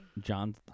John